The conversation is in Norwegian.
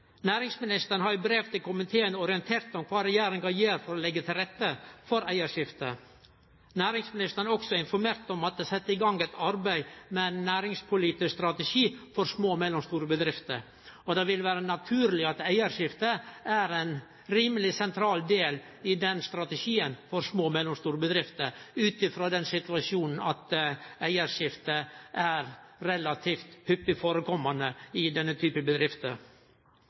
Næringsministeren har i brev til komiteen orientert om kva regjeringa gjer for å leggje til rette for eigarskifte. Næringsministeren har også informert om at det er sett i gang eit arbeid med ein næringspolitisk strategi for små og mellomstore bedrifter. Det vil vere naturleg at eigarskifte er ein rimeleg sentral del i strategien for små og mellomstore bedrifter, ut frå at eigarskifte skjer relativt hyppig i denne type bedrifter.